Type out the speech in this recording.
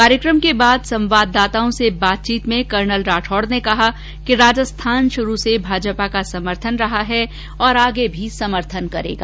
कार्यक्रम के बाद संवाददताओं से बातचीत में कर्नल राठौड ने कहा कि राजस्थान शुरू से भाजपा का समर्थक रहा है और आगे भी समर्थन करेगा